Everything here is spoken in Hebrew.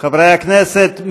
חברי הכנסת,